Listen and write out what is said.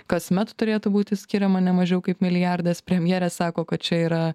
kasmet turėtų būti skiriama nemažiau kaip milijardas premjerė sako kad čia yra